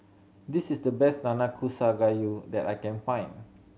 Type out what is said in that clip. this is the best Nanakusa Gayu that I can find